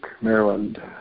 Maryland